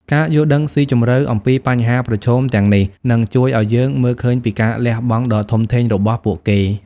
ការយល់ដឹងស៊ីជម្រៅអំពីបញ្ហាប្រឈមទាំងនេះ នឹងជួយឲ្យយើងមើលឃើញពីការលះបង់ដ៏ធំធេងរបស់ពួកគេ។